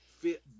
fit